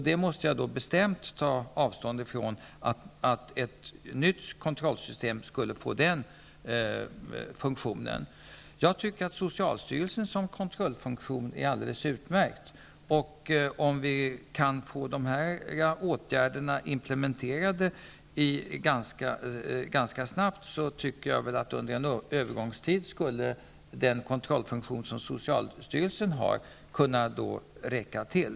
Jag måste ta bestämt avstånd ifrån att ett nytt kontrollsystem skulle få den funktionen. Jag tycker att socialstyrelsen som kontrollorgan är alldeles utmärkt, och om vi kan få de åtgärder som jag har talat om implementerade ganska snabbt, tycker jag att under en övergångstid skulle den kontrollfunktion som socialstyrelsen har kunna räcka till.